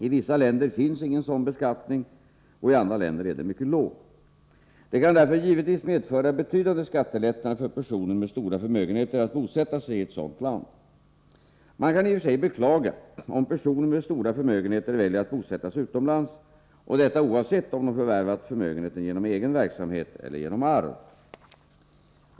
I vissa länder finns ingen sådan beskattning och i andra länder är den mycket låg. Det kan därför givetvis medföra betydande skattelättnader för personer med stora förmögenheter att bosätta sig i ett sådant land. Man kan i och för sig beklaga om personer med stora förmögenheter väljer att bosätta sig utomlands, och detta oavsett om de förvärvat förmögenheten genom egen verksamhet eller genom arv.